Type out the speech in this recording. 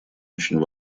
очень